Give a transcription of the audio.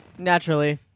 naturally